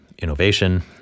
innovation